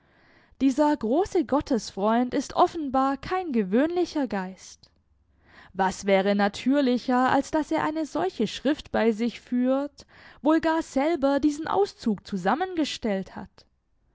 dieser große gottesfreund ist offenbar kein gewöhnlicher geist was wäre natürlicher als daß er eine solche schrift bei sich führt wohl gar selber diesen auszug zusammengestellt hat